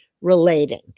relating